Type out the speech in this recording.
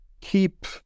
keep